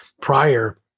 prior